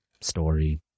story